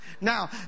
now